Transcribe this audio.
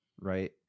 right